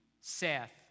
Seth